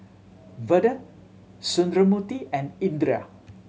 Vedre Sundramoorthy and Indira